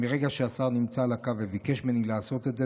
מרגע שהשר נמצא על הקו וביקש ממני לעשות את זה,